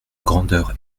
grandeur